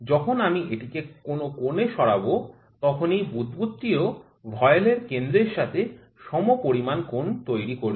যখন আমি এটিকে কোন কোণে সরাব তখনই বুদ্বুদ টি ও ভয়েল এর কেন্দ্রের সাথে সমপরিমাণ কোণ তৈরি করবে